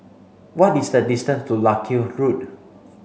what is the distance to Larkhill Road